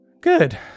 Good